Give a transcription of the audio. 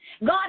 God